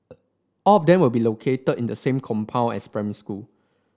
all of them will be located in the same compound as primary school